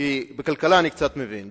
כי בכלכלה אני קצת מבין,